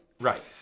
Right